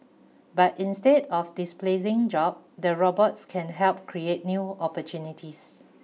but instead of displacing job the robots can help create new opportunities